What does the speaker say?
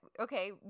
okay